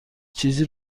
چیزی